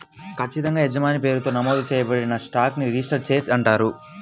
ఖచ్చితంగా యజమాని పేరుతో నమోదు చేయబడిన స్టాక్ ని రిజిస్టర్డ్ షేర్ అంటారు